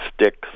sticks